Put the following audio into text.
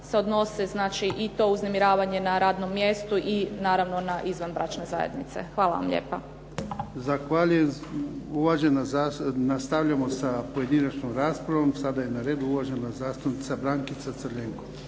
se odnose znači i to uznemiravanje na radnom mjestu i naravno na izvanbračnoj zajednici. Hvala vam lijepa. **Jarnjak, Ivan (HDZ)** Zahvaljujem. Nastavljamo sa pojedinačnom raspravom. Sada je na redu uvažena zastupnica Brankica Crljenko.